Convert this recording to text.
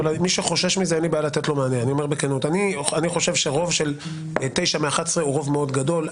חושב שרוב של תשע מתוך 11 הוא רוב מאוד גדול.